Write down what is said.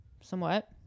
somewhat